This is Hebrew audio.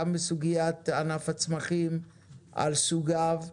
גם בסוגיית ענף הצמחים על סוגיו,